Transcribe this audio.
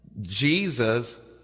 Jesus